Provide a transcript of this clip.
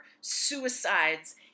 suicides